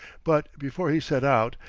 but before he set out,